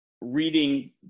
reading